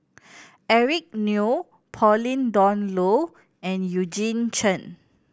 Eric Neo Pauline Dawn Loh and Eugene Chen